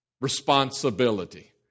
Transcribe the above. responsibility